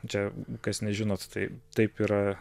čia kas nežinot tai taip yra